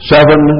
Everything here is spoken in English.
Seven